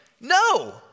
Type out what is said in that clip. no